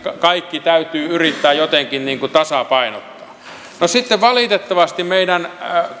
kaikki täytyy yrittää jotenkin tasapainottaa valitettavasti meidän